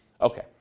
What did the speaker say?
Okay